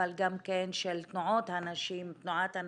אבל גם של תנועת הנשים,